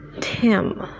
Tim